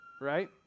right